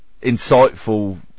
insightful